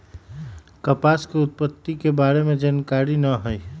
कपास के उत्पत्ति के बारे में जानकारी न हइ